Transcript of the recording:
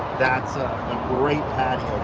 that's a great patio